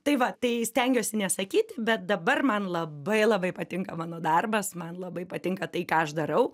tai va tai stengiuosi nesakyti bet dabar man labai labai patinka mano darbas man labai patinka tai ką aš darau